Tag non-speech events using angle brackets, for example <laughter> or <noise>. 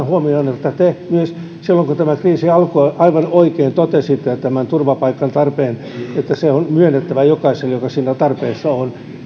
<unintelligible> huomioon että myös silloin kun tämä kriisi alkoi te aivan oikein totesitte tästä turvapaikan tarpeesta että se on myönnettävä jokaiselle joka siinä tarpeessa on